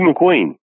McQueen